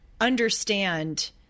understand